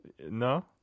no